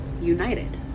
united